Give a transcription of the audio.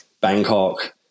Bangkok